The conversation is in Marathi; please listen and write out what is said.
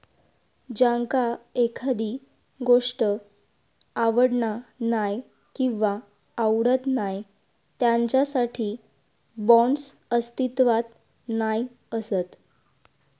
ज्यांका एखादी गोष्ट आवडना नाय किंवा आवडत नाय त्यांच्यासाठी बाँड्स अस्तित्वात नाय असत